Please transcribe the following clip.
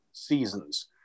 seasons